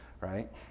right